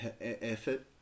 effort